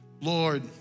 Lord